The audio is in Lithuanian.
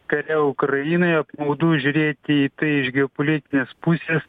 kare ukrainoje apmaudu žiūrėti į tai iš geopolitinės pusės